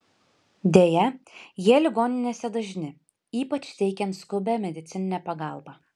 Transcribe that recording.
deja jie ligoninėse dažni ypač teikiant skubią medicininę pagalbą